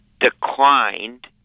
declined